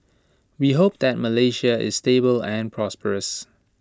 we hope that Malaysia is stable and prosperous